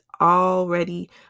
already